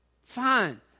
fine